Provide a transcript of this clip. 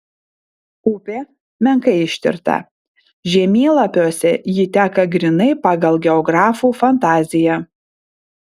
upė menkai ištirta žemėlapiuose ji teka grynai pagal geografų fantaziją